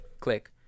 click